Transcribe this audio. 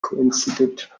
coincided